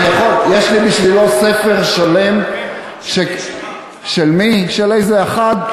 יש לי בשבילו ספר שלם של איזה אחד,